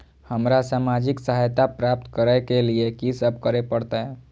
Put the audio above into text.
हमरा सामाजिक सहायता प्राप्त करय के लिए की सब करे परतै?